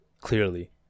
clearly